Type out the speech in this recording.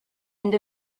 end